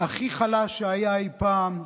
הכי חלש שהיה אי-פעם.